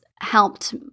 helped